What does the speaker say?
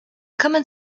common